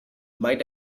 might